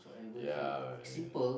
ya